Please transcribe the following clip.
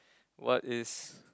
what is